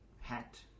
hat